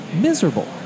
miserable